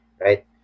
Right